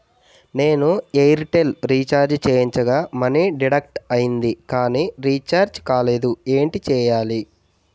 నేను Airtel recharge చేయించగా money deduct అయ్యింది కానీ రీఛార్జ్ కాలేదు ఏంటి చేయాలి?